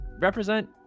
represent